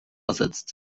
ersetzt